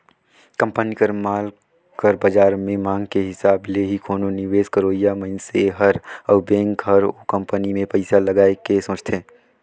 company कर माल कर बाजार में मांग के हिसाब ले ही कोनो निवेस करइया मनइसे हर अउ बेंक हर ओ कंपनी में पइसा लगाए के सोंचथे